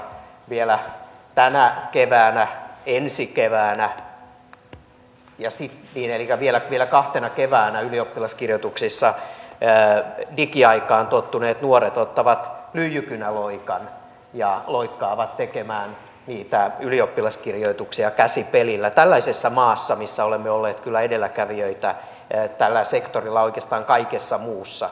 vielä tänä keväänä ja ensi keväänä elikkä vielä kahtena keväänä ylioppilaskirjoituksissa digiaikaan tottuneet nuoret ottavat lyijykynäloikan ja loikkaavat tekemään niitä ylioppilaskirjoituksia käsipelillä tällaisessa maassa missä olemme olleet kyllä edelläkävijöitä tällä sektorilla oikeastaan kaikessa muussa